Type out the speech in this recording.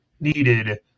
needed